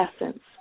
essence